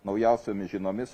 naujausiomis žiniomis